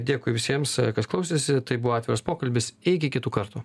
dėkui visiems kas klausėsi tai buvo atviras pokalbis iki kitų kartų